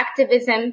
activism